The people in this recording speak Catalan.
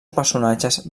personatges